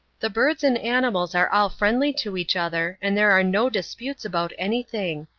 the birds and animals are all friendly to each other, and there are no disputes about anything.